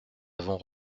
avons